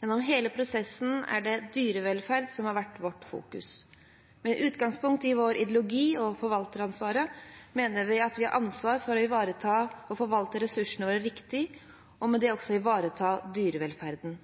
gjennom hele prosessen er det «dyrevelferd» som har vært vårt fokus. Med utgangspunkt i vår ideologi og forvalteransvaret mener vi at vi har ansvar for å ivareta og forvalte ressursene våre riktig, og med det også ivareta dyrevelferden.